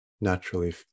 naturally